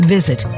Visit